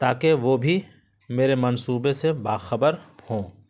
تاکہ وہ بھی میرے منصوبے سے باخبر ہوں